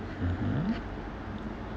mmhmm